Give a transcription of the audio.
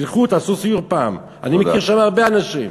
תלכו, תעשו פעם סיור, אני מכיר שם הרבה אנשים.